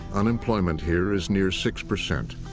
unemployment here is near six percent.